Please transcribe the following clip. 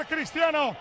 Cristiano